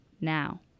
now